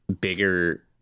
bigger